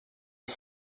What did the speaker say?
des